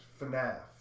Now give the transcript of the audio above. FNAF